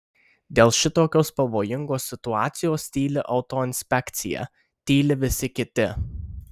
dėl šitokios pavojingos situacijos tyli autoinspekcija tyli visi kiti